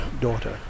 daughter